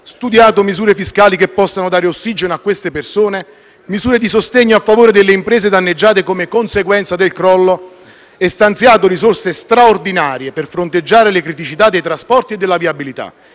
studiate misure fiscali che possano dare ossigeno a queste persone e misure di sostegno a favore delle imprese danneggiate come conseguenza del crollo e stanziate risorse straordinarie per fronteggiare le criticità dei trasporti e della viabilità